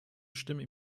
stimmen